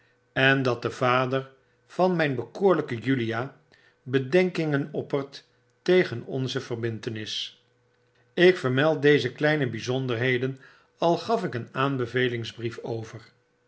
en dat de vader van myn bekoorlijke julia bedenkingen oppert tegen onze verbintenis ik vermeld deze kleine byzonderheden als gaf ik een aanbevelingsbrief over